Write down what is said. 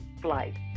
flight